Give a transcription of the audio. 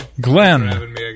Glenn